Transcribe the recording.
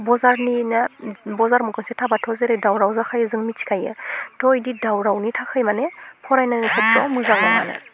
बजारनि ना बजार मखसे थाबाथ' थाबाथ' जेरै दावराव जाखायो जों मिथिखायो थ' इदि दावरावनि थाखाय माने फरायनो मोजां नङा